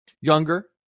younger